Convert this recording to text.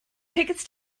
tickets